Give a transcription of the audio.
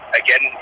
again